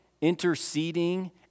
interceding